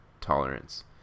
tolerance